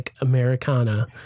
Americana